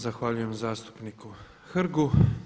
Zahvaljujem zastupniku Hrgu.